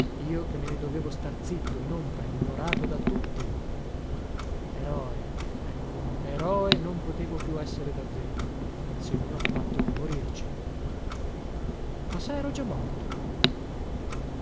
io che me ne dovevo star zitto in ombra ignorato da tutti eroe ecco eroe non potevo più essere davvero se non a patto di morirci ma se ero già morto